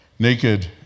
Naked